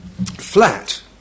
flat